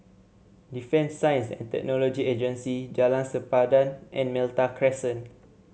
Defence Science and Technology Agency Jalan Sempadan and Malta Crescent